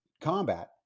combat